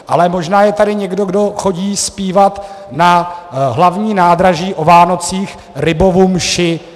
Ale možná je tady někdo, kdo chodí zpívat na Hlavní nádraží o Vánocích Rybovu mši.